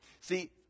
See